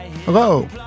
Hello